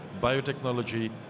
biotechnology